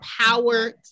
power